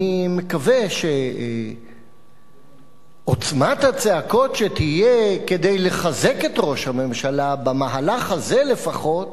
אני מקווה שעוצמת הצעקות שתהיה כדי לחזק את ראש הממשלה במהלך הזה לפחות